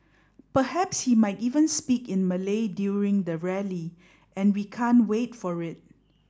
perhaps he might even speak in Malay during the rally and we can't wait for it